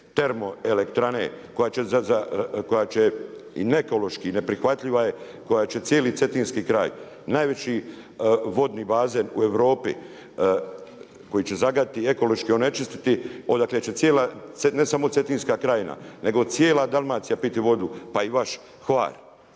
termoelektrane, koja će i ne ekološki i neprihvatljiva je, koja će cijeli Cetinski kraj, najveći vodni bazen u Europi, koji će zagaditi, ekološki onečistiti, odakle će cijela, ne samo Cetinska krajina, nego cijela Dalmacija piti vodu, pa i vaš Hvar.